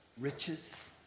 riches